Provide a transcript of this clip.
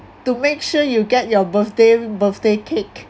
to make sure you get your birthday birthday cake